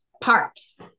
parks